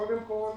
קודם כול,